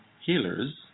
healers